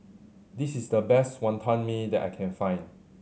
this is the best Wonton Mee that I can find